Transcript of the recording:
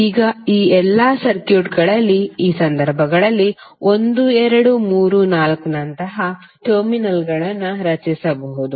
ಈಗ ಈ ಎಲ್ಲಾ ಸರ್ಕ್ಯೂಟ್ಗಳಲ್ಲಿ ಈ ಸಂದರ್ಭದಲ್ಲಿ 1 2 3 4 ನಂತಹ ಟರ್ಮಿನಲ್ಗಳನ್ನು ರಚಿಸಬಹುದು